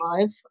life